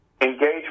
engagement